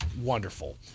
wonderful